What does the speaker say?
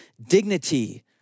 dignity